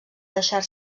deixar